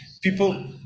people